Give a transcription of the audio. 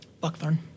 Buckthorn